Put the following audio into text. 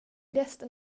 resten